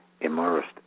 immersed